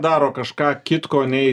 daro kažką kitko nei